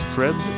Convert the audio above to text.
Fred